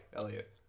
Elliot